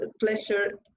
pleasure